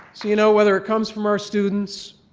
you know, whether it comes from our students,